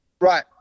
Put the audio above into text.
right